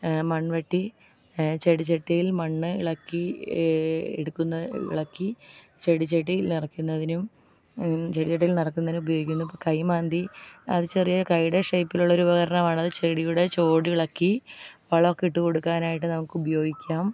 മൺവെട്ടി ചെടിച്ചട്ടിയിൽ മണ്ണ് ഇളക്കി എടുക്കുന്ന ഇളക്കി ചെടിച്ചട്ടിയിൽ നിറക്കുന്നതിനും ചെടിച്ചട്ടിയിൽ നിറക്കുന്നതിന് ഉപയോഗിക്കുന്നു ഇപ്പം കൈമാന്തി അത് ചെറിയ കയ്യുടെ ഷേപ്പിലുള്ളൊരു ഉപകരണമാണത് ചെടിയുടെ ചോടിളക്കി വളമൊക്കെ ഇട്ടു കൊടുക്കാനായിട്ട് നമുക്ക് ഉപയോഗിക്കാം